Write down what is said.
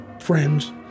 friends